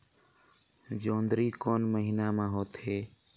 जोंदरी कोन महीना म होथे?